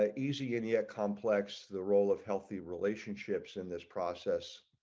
ah easy any a complex the role of healthy relationships in this process.